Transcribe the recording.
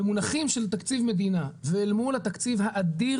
במונחים של תקציב מדינה ואל מול התקציב האדיר